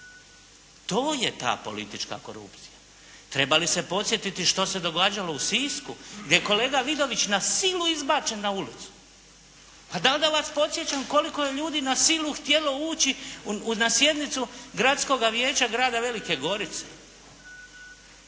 To je ta politička korupcija. Treba li se podsjetiti što se događalo u Sisku, gdje kolega Vidović na silu izbačen na ulicu. A da li da vas podsjećam koliko je ljudi na silu htjelo ući na sjednicu Gradskoga vijeća grada Velike Gorice?